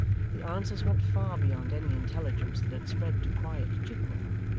the answers went far beyond any intelligence that had spread to quiet chigwell.